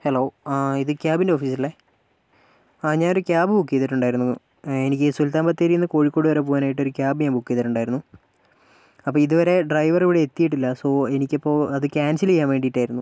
hello ഇത് ക്യാബിന്റെ ഓഫീസല്ലേ അ ഞാനൊരു ക്യാബ് ബുക്ക് ചെയ്തിട്ടുണ്ടായിരുന്നു എനിക്ക് സുൽത്താൻ ബത്തേരിയിൽ നിന്ന് കോഴിക്കോട് വരെ പോകാനായിട്ട് ഒരു ക്യാബ് ഞാൻ ബുക്ക് ചെയ്തിട്ടുണ്ടായിരുന്നു അപ്പം ഇതു വരെ ഡ്രൈവർ ഇവിടെ എത്തിയിട്ടില്ല സൊ എനിക്കിപ്പോൾ അത് ക്യാൻസൽ ചെയ്യാൻ വേണ്ടിയിട്ടായിരുന്നു